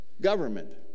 government